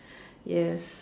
yes